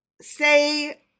say